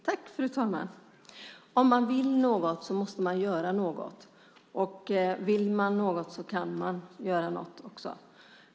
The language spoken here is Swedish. Fru talman! Om man vill något måste man göra något, och om man vill något kan man också göra något.